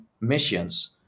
missions